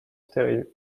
stériles